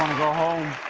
go home